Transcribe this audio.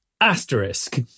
Asterisk